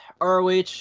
roh